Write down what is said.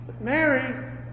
Mary